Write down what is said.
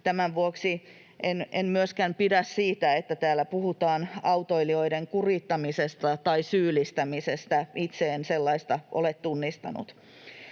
Tämän vuoksi en myöskään pidä siitä, että täällä puhutaan autoilijoiden kurittamisesta tai syyllistämisestä. Itse en sellaista ole tunnistanut.